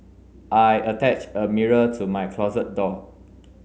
I attached a mirror to my closet door